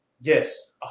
Yes